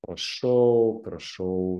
prašau prašau